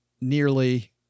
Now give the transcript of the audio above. nearly